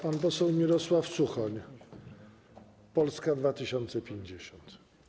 Pan poseł Mirosław Suchoń, Polska 2050.